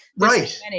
right